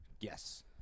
Yes